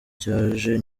cyaje